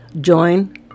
join